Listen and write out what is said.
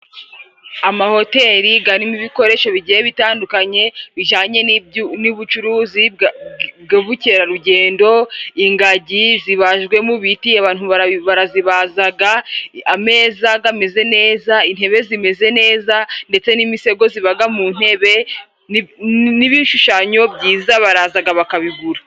Amahoteli garimo ibikoresho bigiye bitandukanye bijanye n'ubucuruzi bw' ubukerarugendo ingagi zibajwe mu biti barazibazaga, ameza gameze neza, intebe zimeze neza ndetse n'imisego zibaga mu ntebe n'ibishushanyo byiza barazaga bakabigura.